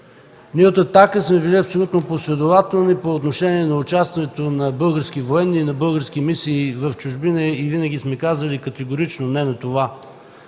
Ние от „Атака” сме били абсолютно последователни по отношение на участието на български военни и български мисии в чужбина и винаги сме казвали категорично „не” на това.